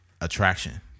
attraction